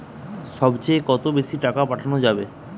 সব চেয়ে কত বেশি টাকা পাঠানো যাবে?